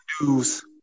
news